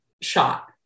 shot